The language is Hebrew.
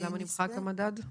למה נמחק המדד?